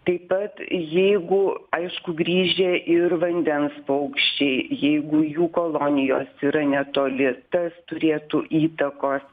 tai pat jeigu aišku grįžę ir vandens paukščiai jeigu jų kolonijos yra netoli tas turėtų įtakos